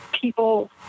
people